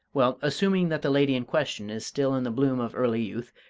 well, assuming that the lady in question is still in the bloom of early youth,